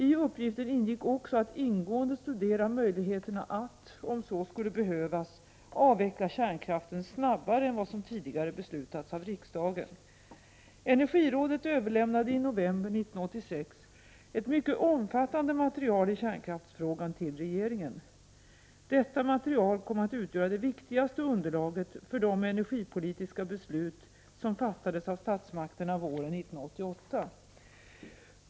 I uppgiften ingick också att ingående studera möjligheterna att, om så skulle behövas, avveckla kärnkraften snabbare än vad som tidigare beslutats av riksdagen. Energirådet överlämnade i november 1986 ett mycket omfattande material i kärnkraftsfrågan till regeringen. Detta material kom att utgöra det viktigaste underlaget för de energipolitiska beslut som fattades av statsmakterna våren 1988.